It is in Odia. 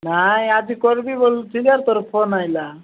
ନାଇଁ ଆଜି କରିବି କହୁଛି ଯ ତୋର ଫୋନ୍ ଆସିଲା